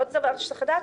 ועוד דבר שצריך לדעת,